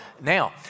Now